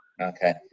Okay